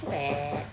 its bad